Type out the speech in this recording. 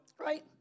right